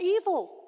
evil